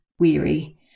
Weary